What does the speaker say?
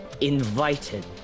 invited